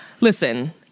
Listen